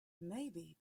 maybe